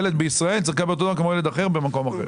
ילד בישראל צריך לקבל אתו הדבר כמו ילד אחר במקום אחר.